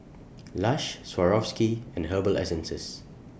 Lush Swarovski and Herbal Essences